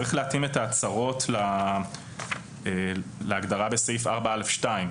צריך להתאים את ההצהרות להגדרה בסעיף 4(א)(2).